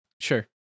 Sure